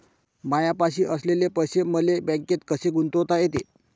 मायापाशी असलेले पैसे मले बँकेत कसे गुंतोता येते?